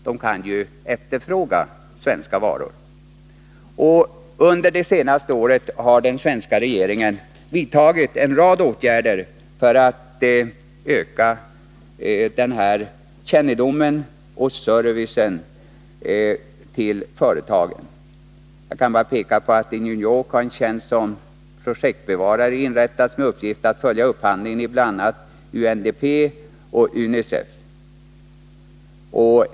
De kan ju efterfråga svenska varor. Under det senaste året har den svenska regeringen vidtagit en rad åtgärder för att öka den kännedomen och den servicen till företagen. Jag kan bara peka på att det i New York har inrättats en tjänst som projektbevakare med uppgift att följa upphandlingen i bl.a. UNDP och UNICEF.